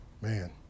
Man